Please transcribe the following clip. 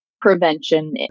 Prevention